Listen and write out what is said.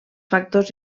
factors